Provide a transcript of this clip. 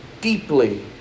deeply